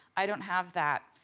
i don't have that.